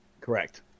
Correct